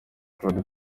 claude